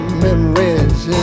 memories